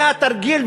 זה התרגיל,